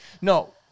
No